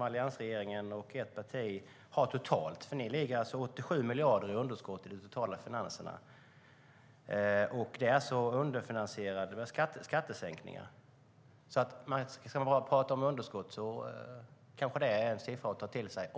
alliansregeringen och ert parti har totalt. Ni ligger alltså på 87 miljarder i underskott i de totala finanserna. Det är underfinansierade skattesänkningar. Ska man tala om underskott kanske 87 miljarder är en siffra att ta till sig.